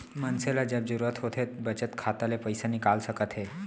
मनसे ल जब जरूरत होथे बचत खाता ले पइसा निकाल सकत हे